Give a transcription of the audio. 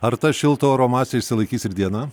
ar ta šilto oro masė išsilaikys ir dieną